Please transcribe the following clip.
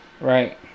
Right